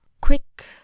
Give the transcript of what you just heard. quick